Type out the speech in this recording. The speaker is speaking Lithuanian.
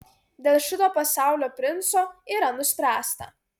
dėl šito pasaulio princo yra nuspręsta